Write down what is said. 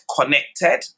connected